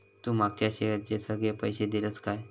तू मागच्या शेअरचे सगळे पैशे दिलंस काय?